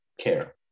care